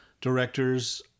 directors